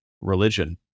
religion